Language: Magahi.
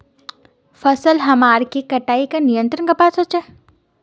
फसल हमार के कटाई का नियंत्रण कपास होचे?